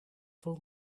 full